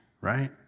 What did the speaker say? right